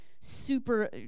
super